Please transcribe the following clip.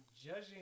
judging